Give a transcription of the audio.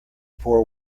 poor